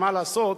מה לעשות,